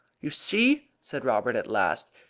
you see! said robert at last.